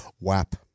WAP